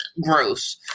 gross